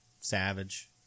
Savage